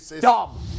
Dumb